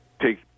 take